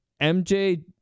MJ